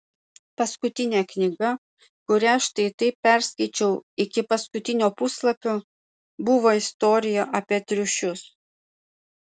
paskutinė knyga kurią štai taip perskaičiau iki paskutinio puslapio buvo istorija apie triušius